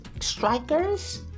Strikers